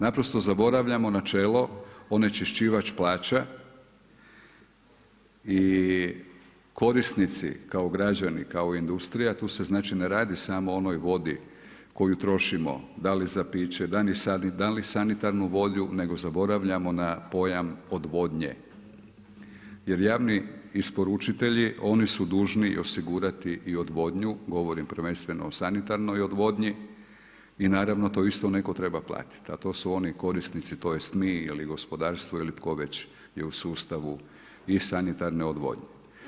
Naprosto zaboravljamo načelo onečišćivač plaća i korisnici kao građani, kao industrija tu se ne radi samo o onoj vodi koju trošimo da li za piće, da li sanitarnu volju nego zaboravljamo na pojam odvodnje jer ravni isporučitelji oni su dužni osigurati i odvodnju, govorim prvenstveno o sanitarnoj odvodnji i naravno to isto neko treba platiti, a to su oni korisnici tj. mi ili gospodarstvo ili tko već je u sustavu i sanitarne odvodnje.